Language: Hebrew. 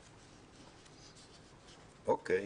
אוקיי.